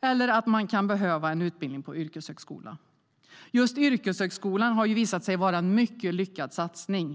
eller att man kan behöva en utbildning på yrkeshögskola. Just yrkeshögskolan har ju visat sig vara en mycket lyckad satsning.